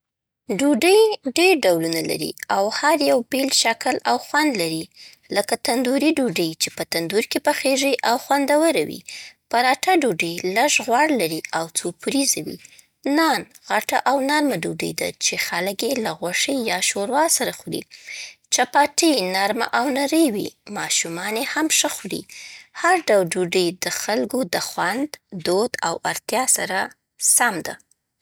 ډوډۍ ډېر ډولونه لري، او هر یو بېل شکل او خوند لري. لکه تندورۍ ډوډۍ چې په تندور کې پخیږي او خوندوره وي. پراثه ډوډۍ لږ غوړ لري او څو پوړیزه وي. نان غټه او نرمه ډوډۍ ده چې خلک یې له غوښې یا شوروا سره خوري. چپاتي نرمه او نرۍ وي، ماشومان هم ښه خوري. هر ډول ډوډۍ د خلکو د خوند، دود او اړتیا سره سم ده.